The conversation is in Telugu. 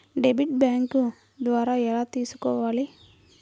డెబిట్ బ్యాంకు ద్వారా ఎలా తీసుకోవాలి?